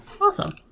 Awesome